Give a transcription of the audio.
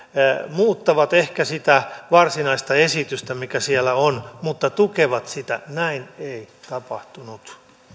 muuttavat ehkä sitä varsinaista esitystä mikä siellä on mutta tukevat sitä näin ei tapahtunut